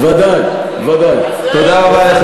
ואומרים לו: אנחנו לא מגייסים,